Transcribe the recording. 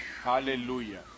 Hallelujah